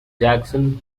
jackson